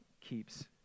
keeps